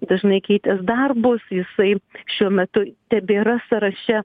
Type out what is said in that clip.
dažnai keitęs darbus jisai šiuo metu tebėra sąraše